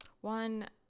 one